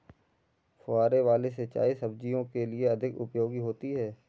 फुहारे वाली सिंचाई सब्जियों के लिए अधिक उपयोगी होती है?